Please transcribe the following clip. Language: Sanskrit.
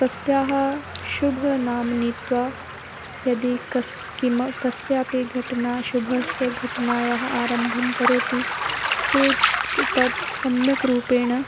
तस्याः शुभं नाम नीत्वा यदि कस्य किम् कस्यापि घटना शुभस्य घटनायाः आरम्भं करोति चेत् तत् सम्यक् रूपेण